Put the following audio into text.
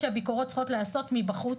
לדעתי הביקורות צריכות להיעשות מבחוץ,